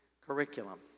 curriculum